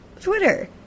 Twitter